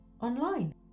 online